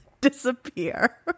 disappear